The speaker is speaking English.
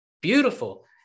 beautiful